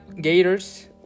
Gators